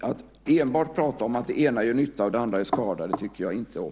Att enbart prata om att det ena gör nytta och det andra gör skada tycker jag inte om.